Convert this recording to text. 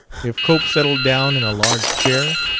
if cope settled down in a large chair,